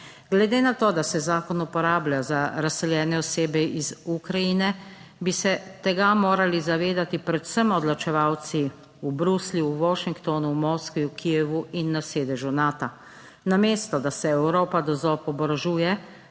Glede na to, da se zakon uporablja za razseljene osebe iz Ukrajine, bi se tega morali zavedati predvsem odločevalci v Bruslju, v Washingtonu, v Moskvi, v Kijevu in na sedežu Nata. Namesto da se Evropa do zob oborožuje,